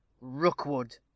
Rookwood